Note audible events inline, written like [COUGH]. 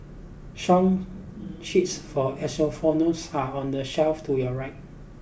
song sheets for [UNINTELLIGIBLE] are on the shelf to your right